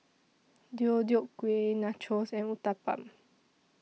Deodeok Gui Nachos and Uthapam